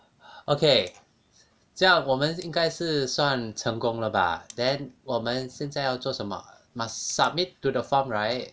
okay 这样我们应该是算成功了吧 then 我们现在要做什么 must submit to the form right